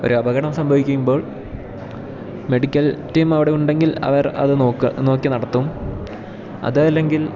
ഒരപകടം സംഭവിക്കുമ്പോൾ medical team അവിടെ ഉണ്ടെങ്കിൽ അവർ അതു നോക്കി നടത്തും അതും അല്ലെങ്കിൽ